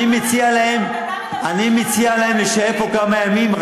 אני מציע להם להישאר פה כמה ימים,